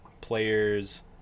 players